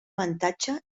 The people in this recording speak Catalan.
avantatge